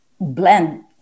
blend